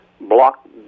block